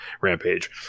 Rampage